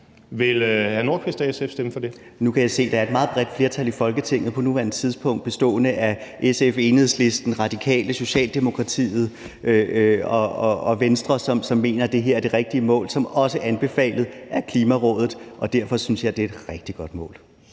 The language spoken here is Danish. Nordqvist (SF): Nu kan jeg se, at der er et meget bredt flertal i Folketinget på nuværende tidspunkt bestående af SF, Enhedslisten, Radikale, Socialdemokratiet og Venstre, som mener, at det her er det rigtige mål, som også er anbefalet af Klimarådet – og derfor synes jeg det er et rigtig godt mål.